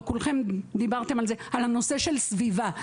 על הנושא של סביבה.